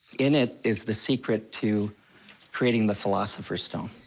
in it is the secret to creating the philosopher's stone.